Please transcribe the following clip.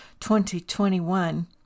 2021